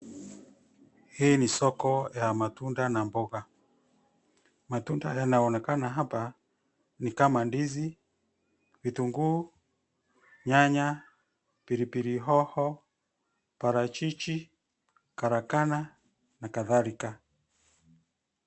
Hii ni soko ya matunda na mboga. Matunda yanaonekana hapa ni kama ndizi, vitunguu, nyanya, pilipili hoho, parachichi, karakana na kadhalika.